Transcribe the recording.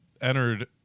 entered